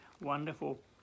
wonderful